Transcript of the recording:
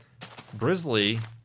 Brizzly